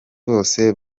bose